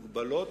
למוגבלות,